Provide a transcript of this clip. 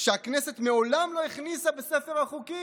שהכנסת מעולם לא הכניסה לספר החוקים".